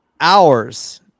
hours